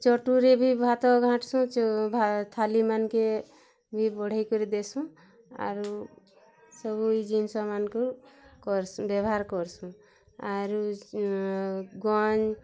ଚଟୁରେ ବି ଭାତ ଘାଣ୍ଟସୁଁ ଚୁ ଭା ଥାଲି ମାନ୍କେ ବି ବଢ଼େଇକରି ଦେସୁଁ ଆରୁ ସବୁ ଜିନ୍ଷ୍ମାନଙ୍କୁ କର୍ ବ୍ୟବହାର୍ କରସୁଁ ଆରୁ ଗୁଆ